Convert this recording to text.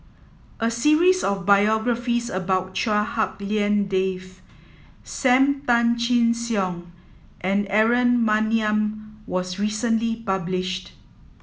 a series of biographies about Chua Hak Lien Dave Sam Tan Chin Siong and Aaron Maniam was recently published